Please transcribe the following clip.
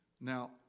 Now